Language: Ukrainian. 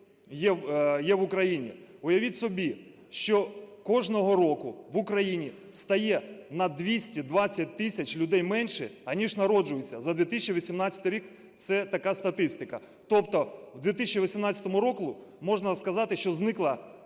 є в Україні. Уявіть собі, що кожного року в Україні стає на 220 тисяч людей менше, аніж народжується, за 2018 рік це така статистика, тобто в 2018 році, можна сказати, що зникло